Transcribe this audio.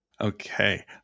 Okay